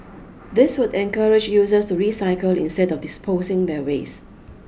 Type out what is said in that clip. this would encourage users to recycle instead of disposing their waste